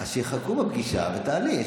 אז שיחכו בפגישה ותעלי.